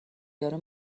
یارو